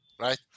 right